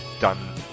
done